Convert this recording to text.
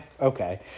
okay